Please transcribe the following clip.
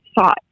thought